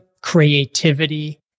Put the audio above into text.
creativity